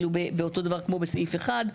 באותו דבר כמו בסעיף (1).